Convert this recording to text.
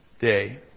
day